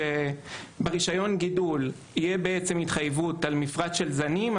שברישיון הגידול תהיה התחייבות על מפרט של זנים,